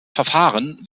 verfahren